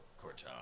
Cortana